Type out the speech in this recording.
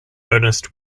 earnest